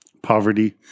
poverty